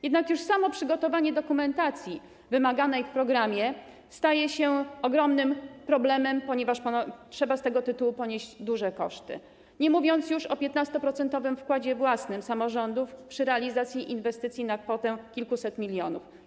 Jednak już samo przygotowanie dokumentacji wymaganej w programie staje się ogromnym problemem, ponieważ trzeba z tego tytułu ponieść duże koszty, nie mówiąc już o 15-procentowym wkładzie własnym samorządów przy realizacji inwestycji na kwotę kilkuset milionów.